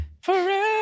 Forever